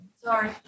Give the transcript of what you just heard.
Sorry